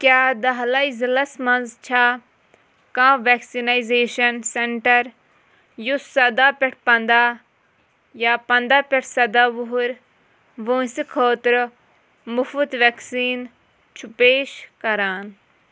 کیٛاہ دھلای ضلعس مَنٛز چھا کانٛہہ ویکسِنایزیشن سینٹر یُس سَداہ پٮ۪ٹھ پنداہ یا پنٛداہ پٮ۪ٹھ سَداہ وُہُر وٲنٛسہِ خٲطرٕ مُفٕط ویکسیٖن چھُ پیش کران؟